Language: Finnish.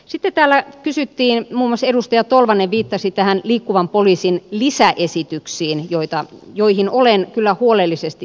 sitä täällä kysyttiin muhos edustaja tolvanen viittasi tähän liikkuvan poliisin isä esityksiin joita joihin olen kyllä huolellisesti